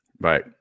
Right